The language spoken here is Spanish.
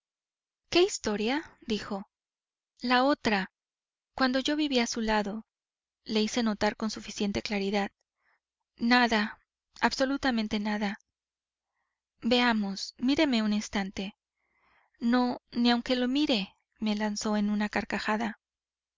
qué historia dijo la otra cuando yo vivía a su lado le hice notar con suficiente claridad nada absolutamente nada veamos míreme un instante no ni aunque lo mire me lanzó en una carcajada